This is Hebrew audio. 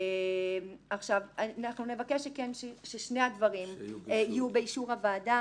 אנחנו נבקש ששני הדברים יהיו באישור הוועדה